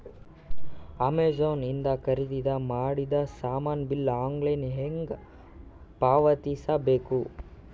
Amazon ಇಂದ ಖರೀದಿದ ಮಾಡಿದ ಸಾಮಾನ ಬಿಲ್ ಆನ್ಲೈನ್ ಹೆಂಗ್ ಪಾವತಿಸ ಬೇಕು?